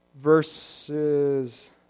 verses